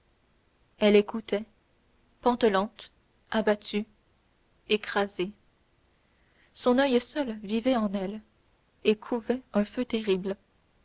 elle écoutait pantelante abattue écrasée son oeil seul vivait en elle et couvait un feu terrible